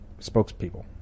spokespeople